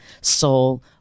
soul